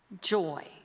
joy